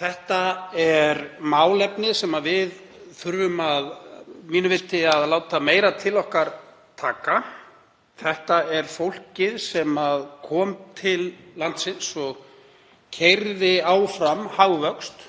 Þetta er málefni þar sem við þurfum að mínu viti að láta meira til okkar taka. Þetta er fólkið sem kom til landsins og keyrði áfram hagvöxt